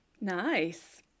Nice